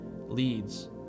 leads